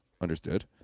Understood